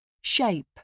Shape